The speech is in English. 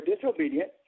disobedient